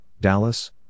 Dallas